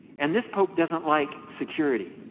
and this pope doesn't like security.